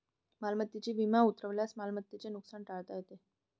मालमत्तेचा विमा उतरवल्यास मालमत्तेचे नुकसान टाळता येते